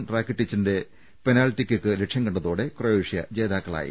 റാക്കിടിച്ചിന്റെ penalty kick ലക്ഷ്യം കണ്ടതോടെ Croatia ജേതാക്കളായി